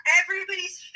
everybody's